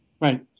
Right